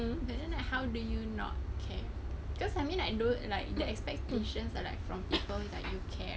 isn't that how do you not okay cause I mean like those like that expectations are like from people that you care